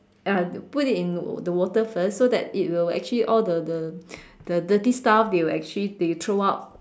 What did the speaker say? uh put it in the water first so that it will actually all the the the dirty stuffs they will actually they throw out